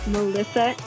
Melissa